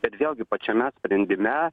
bet vėlgi pačiame sprendime